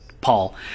Paul